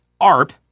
ARP